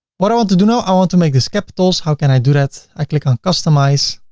what i want to do know? i want to make this capitals how can i do that? i click on customize.